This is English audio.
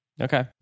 Okay